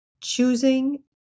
choosing